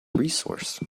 resource